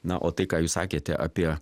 na o tai ką jūs sakėte apie